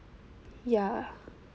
ya